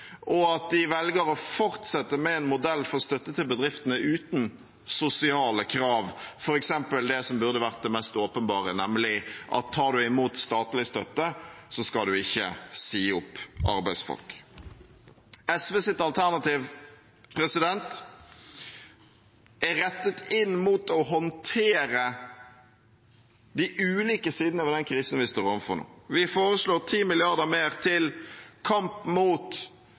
og at de velger å fortsette med en modell for støtte til bedriftene uten sosiale krav, f.eks. det som burde vært det mest åpenbare, nemlig at tar du imot statlig støtte, skal du ikke si opp arbeidsfolk. SVs alternativ er rettet inn mot å håndtere de ulike sidene ved den krisen vi står overfor nå. Vi foreslår 10 mrd. kr mer til kamp mot